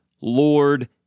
Lord